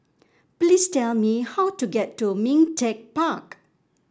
please tell me how to get to Ming Teck Park